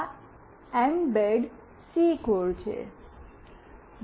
આ embed C code છે